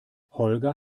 holger